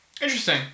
Interesting